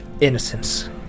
innocence